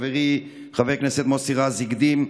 חברי חבר הכנסת מוסי רז הקדים,